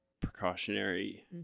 precautionary